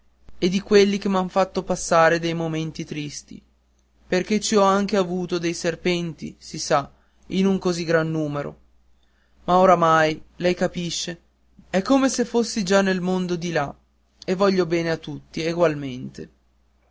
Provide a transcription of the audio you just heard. e di quelli che m'han fatto passare dei momenti tristi perché ci ho avuto anche dei serpenti si sa in un così gran numero ma oramai lei capisce è come se fossi già nel mondo di là e voglio bene a tutti egualmente